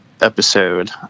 episode